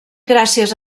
gràcies